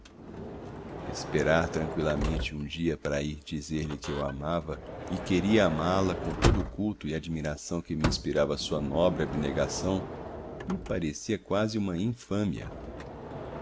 esperar tranqüilamente um dia para dizer-lhe que eu a amava e queria amá-la com todo o culto e admiração que me inspirava a sua nobre abnegação me parecia quase uma infâmia